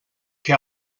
que